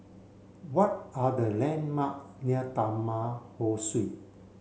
what are the landmark near Taman Ho Swee